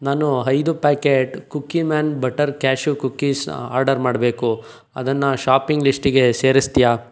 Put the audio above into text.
ನಾನು ಐದು packet cookie man butter cashew cookies order ಮಾಡಬೇಕು ಅದನ್ನು ಶಾಪಿಂಗ್ ಲಿಸ್ಟಿಗೆ ಸೇರಿಸ್ತೀಯಾ